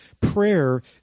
prayer